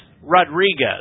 Rodriguez